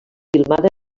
filmada